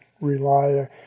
rely